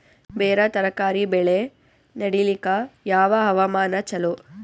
ಬೇರ ತರಕಾರಿ ಬೆಳೆ ನಡಿಲಿಕ ಯಾವ ಹವಾಮಾನ ಚಲೋ?